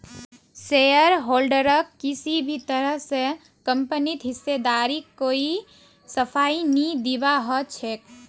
शेयरहोल्डरक किसी भी तरह स कम्पनीत हिस्सेदारीर कोई सफाई नी दीबा ह छेक